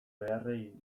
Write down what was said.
beharrei